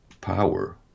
power